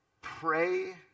pray